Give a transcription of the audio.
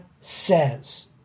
says